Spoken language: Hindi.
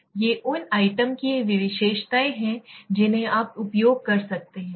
ये उन आइटम की विशेषताएँ हैं जिन्हें आप उपयोग कर रहे हैं